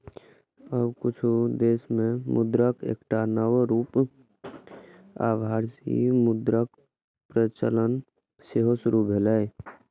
आब किछु देश मे मुद्राक एकटा नव रूप आभासी मुद्राक प्रचलन सेहो शुरू भेलैए